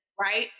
Right